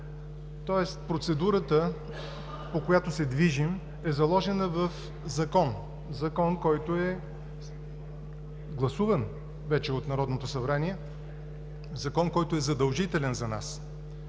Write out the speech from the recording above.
тоест процедурата, по която се движим, е заложена в закон, който е гласуван вече от Народното събрание, закон, който е задължителен за нас.